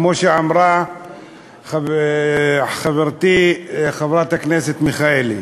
כמו שאמרה חברתי חברת הכנסת מיכאלי.